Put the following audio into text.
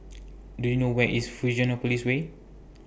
Do YOU know Where IS Fusionopolis Way